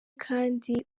kandi